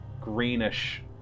greenish